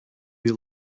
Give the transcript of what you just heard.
you